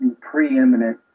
preeminent